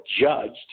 judged